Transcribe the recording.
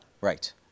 Right